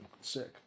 Sick